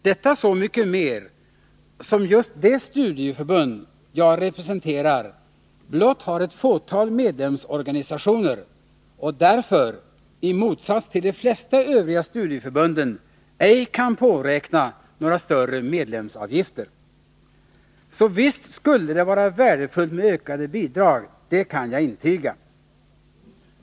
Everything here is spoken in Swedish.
Detta så mycket mer som just det studieförbund jag representerar blott har ett fåtal medlemsorganisationer och därför i motsats till de flesta övriga studieförbund ej kan påräkna några större medlemsavgifter. Så visst skulle det vara värdefullt med ökade bidrag, det kan jag intyga.